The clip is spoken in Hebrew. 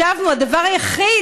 הדבר היחיד,